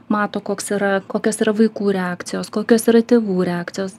mato koks yra kokios yra vaikų reakcijos kokios yra tėvų reakcijos